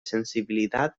sensibilidad